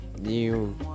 new